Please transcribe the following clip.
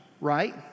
right